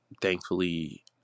Thankfully